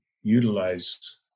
utilize